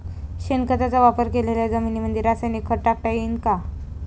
शेणखताचा वापर केलेल्या जमीनीमंदी रासायनिक खत टाकता येईन का?